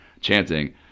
chanting